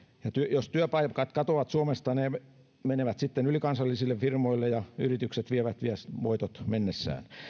jos työpaikat katoavat suomesta ne menevät sitten ylikansallisille firmoille ja yritykset vievät vievät voitot mennessään